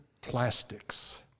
plastics